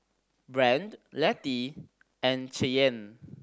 Brandt Lettie and Cheyenne